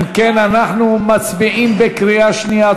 אם כן, אנחנו מצביעים בקריאה שנייה.